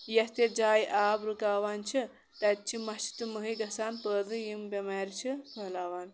یَتھ یَتھ جایہِ آب رُکاوان چھِ تَتہِ چھِ مَچھِ تہٕ مٔہہ گَژھان پٲدٕ یِم بٮ۪مارِ چھِ پھٔہلاوان